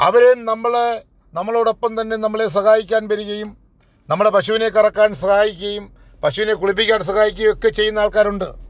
അവരെ നമ്മൾ നമ്മളോടൊപ്പം തന്നെ നമ്മളെ സഹായിക്കാൻ വരികയും നമ്മുടെ പശുവിനെ കറക്കാൻ സഹായിക്കുകയും പശുവിനെ കുളിപ്പിക്കാൻ സാഹായിക്കുകയും ഒക്കെ ചെയ്യുന്ന ആൾക്കാരുണ്ട്